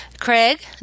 Craig